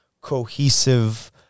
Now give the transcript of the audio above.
cohesive